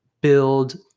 build